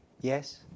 Yes